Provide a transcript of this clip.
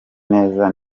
neza